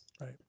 Right